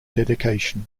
dedication